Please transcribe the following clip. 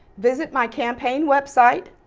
visit my campaign web site,